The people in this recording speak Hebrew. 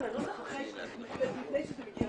יאפשר לשלם את התשלומים האמורים גם באמצעות כסף מזומן,